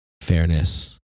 fairness